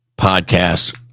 podcast